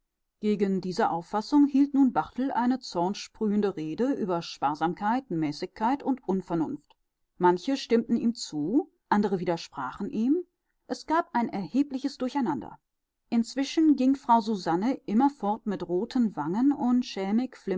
gegen diese auffassung hielt nun barthel eine zornsprühende rede über sparsamkeit mäßigkeit und unvernunft manche stimmten ihm zu andere widersprachen ihm es gab ein erhebliches durcheinander inzwischen ging frau susanne immerfort mit roten wangen und